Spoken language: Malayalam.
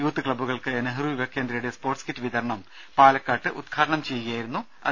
യൂത്ത് ക്ലബ്ബുകൾക്ക് നെഹ്റു യുവകേന്ദ്രയുടെ സ്പോർട്സ് കിറ്റ് വിതരണം പാലക്കാട്ട് ഉദ്ഘാടനം ചെയ്യുകയായിരുന്നു മുരളീധരൻ